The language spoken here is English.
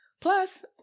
plus